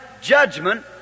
judgment